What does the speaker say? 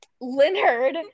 Leonard